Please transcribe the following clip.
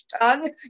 tongue